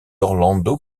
orlando